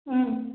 ꯎꯝ